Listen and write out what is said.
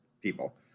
people